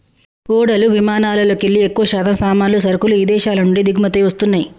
ఓడలు విమానాలల్లోకెల్లి ఎక్కువశాతం సామాన్లు, సరుకులు ఇదేశాల నుంచి దిగుమతయ్యి వస్తన్నయ్యి